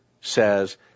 says